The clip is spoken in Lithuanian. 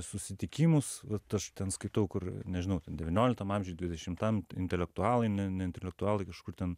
susitikimus vat aš ten skaitau kur nežinau devynioliktam amžiui dvidešimtam intelektualai ne ne intelektualai kažkur ten